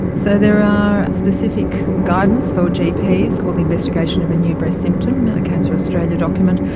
so there are specific guidance for gps called investigation of a new breast symptom, a cancer australian document,